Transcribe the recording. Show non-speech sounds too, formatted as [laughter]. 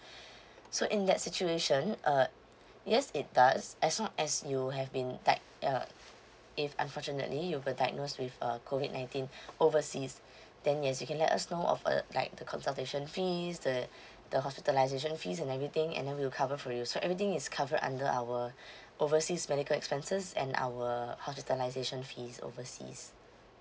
[breath] so in that situation uh yes it does as long as you have been like uh if unfortunately you were diagnosed with uh COVID nineteen overseas then yes you can let us know of uh like the consultation fees the the hospitalisation fees and everything and then we will cover for you so everything is covered under our overseas medical expenses and our hospitalisation fees overseas